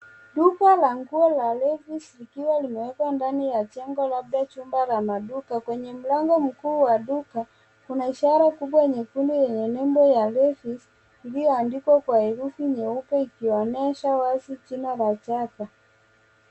Duka la nguo la Levis likiwa limewekwa ndani ya jengo labda chumba la maduka, kwenye mlango kuu wa duka kuna ishara kubwa nyekundu yenye nembo ya Levis iliyoandikwa kwa herufi nyeupe ikionyesha wazi jina la chapa.